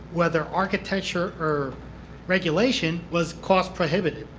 whether architecture or regulation, was cost prohibitive.